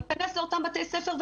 להיכנס לאותם בתי ספר,